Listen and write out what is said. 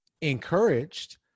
encouraged